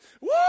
Woo